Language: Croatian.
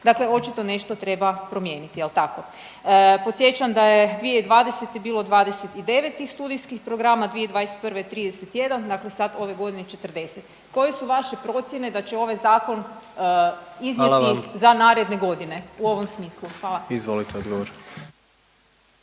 Dakle, očito nešto treba promijeniti. Jel' tako? Podsjećam da je 2020. bilo 29 tih studijskih programa, 2021. 31. Dakle sad ove godine 40. Koje su vaše procjene da će ovaj zakon iznijeti za naredne godine u ovom smislu? Hvala. **Jandroković,